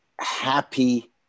happy